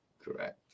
Correct